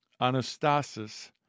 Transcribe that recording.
anastasis